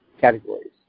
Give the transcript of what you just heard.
categories